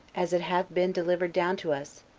as it hath been delivered down to us,